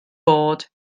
bod